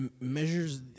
measures